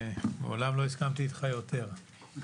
מעולם לא הסכמתי איתך יותר.